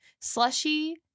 slushy